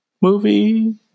movie